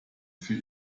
für